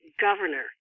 governor